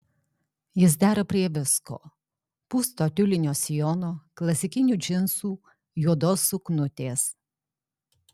jis dera prie visko pūsto tiulinio sijono klasikinių džinsų juodos suknutės